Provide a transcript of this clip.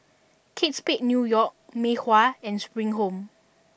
Kate Spade New York Mei Hua and Spring Home